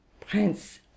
prince